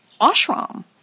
ashram